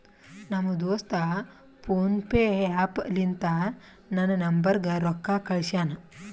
ನಮ್ ದೋಸ್ತ PhonePe app ಲಿಂತಾ ನನ್ ನಂಬರ್ಗ ರೊಕ್ಕಾ ಕಳ್ಸ್ಯಾನ್